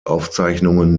aufzeichnungen